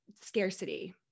scarcity